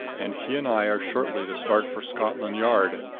and he and i are shortly to start for scotland yard.